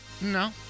No